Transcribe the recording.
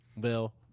Bill